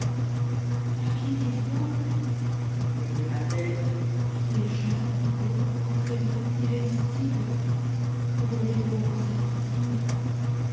qui dites-vous murmura-t-elle qu'il est jeune beau entraînant irrésistible vous voyez devant vous sa victime